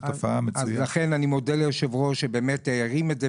אז לכן אני מודה ליושב הראש שהרים את הנושא הזה,